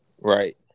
Right